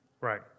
Right